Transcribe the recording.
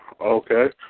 Okay